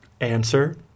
Answer